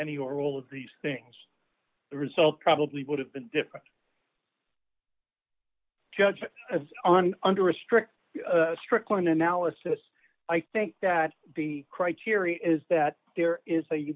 any or all of these things the result probably would have been different judge on under a strict stricklin analysis i think that the criteria is that there is a